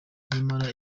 nyamara